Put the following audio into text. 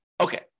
Okay